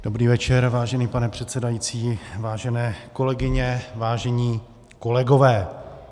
Dobrý večer, vážený pane předsedající, vážené kolegyně, vážení kolegové.